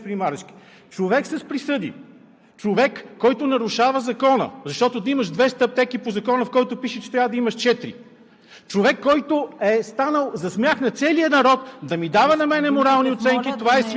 промените начина на водене. Казвам Ви: 10 пъти досега сме го говорили това. Сега две думи по отношение на господин Марешки. Човек с присъди, човек, който нарушава Закона, защото да имаш 200 аптеки по Закона, в който пише, че трябва да имаш